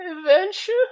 adventure